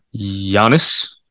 Giannis